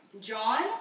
John